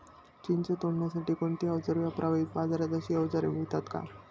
चिंच तोडण्यासाठी कोणती औजारे वापरावीत? बाजारात अशी औजारे मिळतात का?